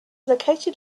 located